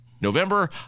November